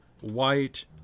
white